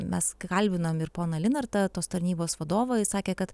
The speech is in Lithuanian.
mes kalbinam ir poną linartą tos tarnybos vadovą jis sakė kad